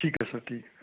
ठीक है सर ठीक है